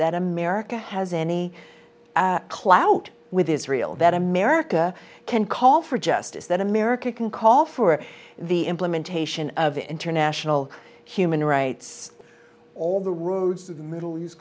that america has any clout with israel that america can call for justice that america can call for the implementation of international human rights all the roads to the middle east